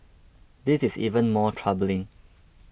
this is even more troubling